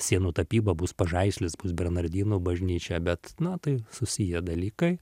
sienų tapyba bus pažaislis bus bernardinų bažnyčia bet na tai susiję dalykai